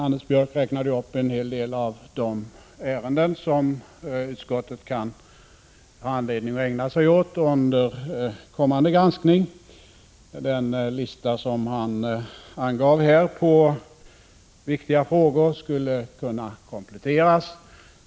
Anders Björck räknade ju upp en hel del av de ärenden som utskottet kan ha anledning att ägna sig åt under kommande granskning. Den lista som han angav på viktiga frågor skulle kunna kompletteras.